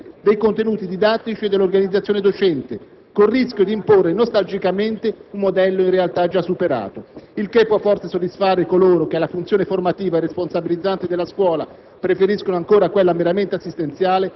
E lo fa senza una preventiva revisione dei contenuti didattici e dell'organizzazione docente, con il rischio di imporre nostalgicamente un modello in realtà già superato. Il che può forse soddisfare coloro che, alla funzione formativa e responsabilizzante della scuola,